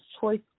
Choice